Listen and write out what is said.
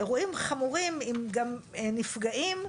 אירועים חמורים עם נפגעים,